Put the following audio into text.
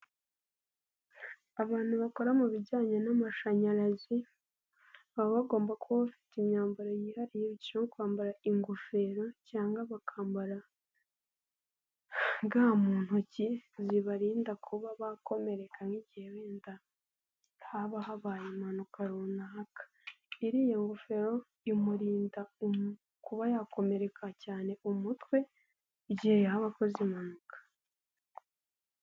Abantu bakora mu bijyanye n'amashanyarazi, baba bagomba kuba bafite imyambaro yihariye nko kwambara ingofero cyangwa bakambara ga mu ntoki zibarinda kuba bakomereka nk'igihe wenda haba habaye impanuka runaka. Iriya ngofero imurinda kuba yakomereka cyane umutwe, mu gihe yaba akoze impanuka.